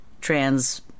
trans